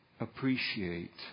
appreciate